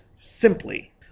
simply